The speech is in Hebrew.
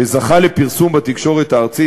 ש"זכה" לפרסום בתקשורת הארצית,